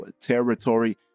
territory